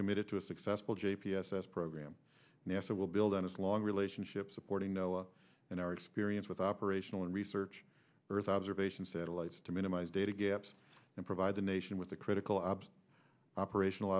committed to a successful g p s s program nasa will build on its long relationship supporting know in our experience with operational and research earth observation satellites to minimize data gaps and provide the nation with the critical aabs operational